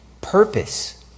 purpose